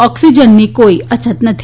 ઓક્સીજનની કોઈ અછત નથી